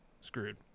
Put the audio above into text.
screwed